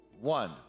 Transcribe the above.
One